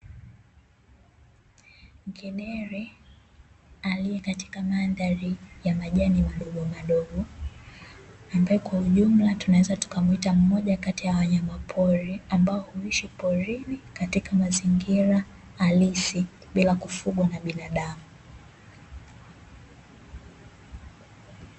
Ngedere aliye katika mandhari ya majani madogo madogo, ambaye kwa ujumla tunaweza tukamuita mmoja kati ya wanyama pori ambao huishi porini katika mazingira halisi bila ya kufugwa na binadamu.